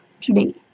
today